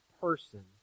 person